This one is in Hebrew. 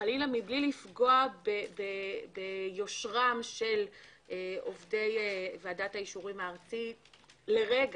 וחלילה מבלי לפגוע ביושרם של עובדי ועדת האישורים הארצית לרגע,